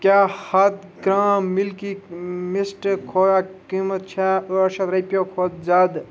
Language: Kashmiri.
کیٛاہ ہتھ گرٛام مِلکی مِسٹ کھووا قۭمتھ چھےٚ ٲٹھ شیٚتھ رۄپٮ۪و کھۄتہٕ زِیٛادٕ